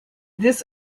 this